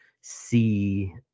see